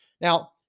Now